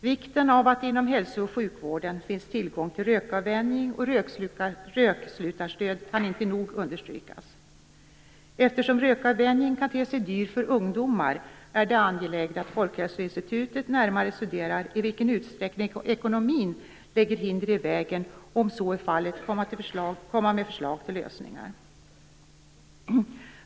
Vikten av att det inom hälso och sjukvården finns tillgång till rökavvänjning och rökslutarstöd kan inte nog understrykas. Eftersom rökavvänjning kan te sig dyr för ungdomar är det angeläget att Folkhälsoinstitutet närmare studerar i vilken utsträckning ekonomin lägger hinder i vägen. Om den gör det skall man komma med förslag till lösningar.